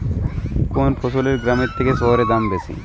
কোন ফসলের গ্রামের থেকে শহরে দাম বেশি?